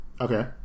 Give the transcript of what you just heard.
Okay